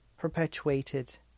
Perpetuated